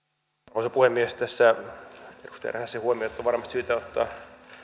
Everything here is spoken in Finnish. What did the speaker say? arvoisa puhemies tässä edustaja räsäsen huomiot on varmasti syytä ottaa